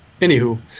anywho